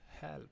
help